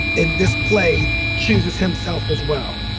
in this play chooses himself as well,